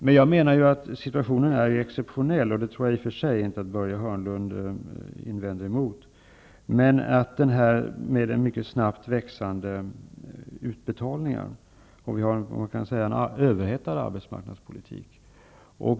Men jag menar att situationen är exceptionell -- det tror jag inte att Börje Hörnlund invänder emot i och för sig -- med mycket snabbt växande utbetalningar. Vi har, kan man säga, en överhettad arbetsmarknadspolitik.